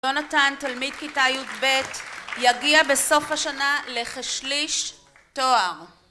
יונתן תלמיד כיתה י"ב יגיע בסוף השנה לכשליש תואר